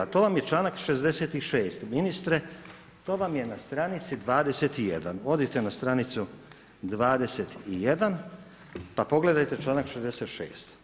To vam je članak 66., ministre, to vam je na stranici 21. odite na stranicu 21. pa pogledajte članak 66.